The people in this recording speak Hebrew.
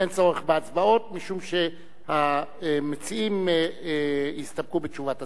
אין צורך בהצבעות משום שהמציעים הסתפקו בתשובת השר.